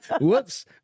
Whoops